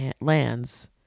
lands